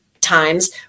times